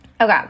Okay